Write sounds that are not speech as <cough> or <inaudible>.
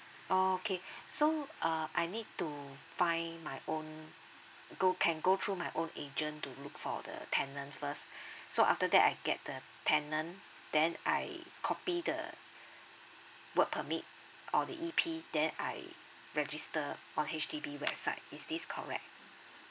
okay so uh I need to find my own go can go through my own agent to look for the tenant first <breath> so after that I get the tenant then I copy the work permit or the E_P then I register on H_D_B website is this correct